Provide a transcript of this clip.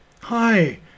Hi